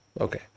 okay